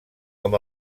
com